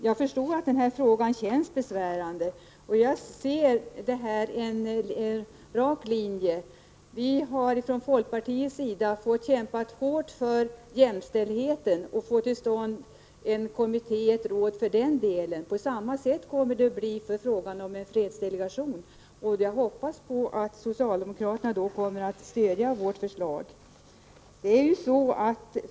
Jag förstår att denna fråga känns besvärande, och jag kan se en rak linje i socialdemokraternas agerande. Vi har från folkpartiets sida kämpat hårt för jämställdheten och för att få till stånd en jämställdhetskommitté, och det kommer att bli på samma sätt med fredsdelegationen. Jag hoppas att socialdemokraterna kommer att stödja vårt förslag.